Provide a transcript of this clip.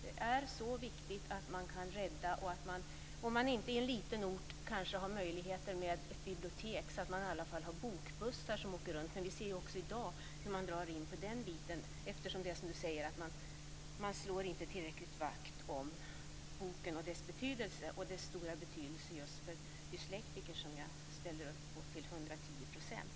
Det är så viktigt att man kan rädda biblioteket så att man, om man inte på en liten ort har möjlighet till ett bibliotek, i alla fall har bokbussar som åker runt. Men vi ser ju också i dag hur man drar in på den biten, eftersom det är som du säger: Man slår inte tillräckligt mycket vakt om boken, dess betydelse och dess stora betydelse just för dyslektiker, som jag ställer upp på till 110 %.